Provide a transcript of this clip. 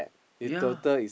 ya